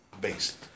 based